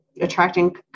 attracting